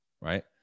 Right